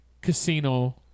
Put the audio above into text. Casino